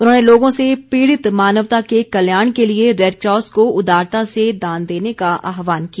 उन्होंने लोगों से पीड़ित मानवता के कल्याण के लिए रेडक्रॉस को उदारता से दान देने का आहवान किया